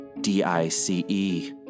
D-I-C-E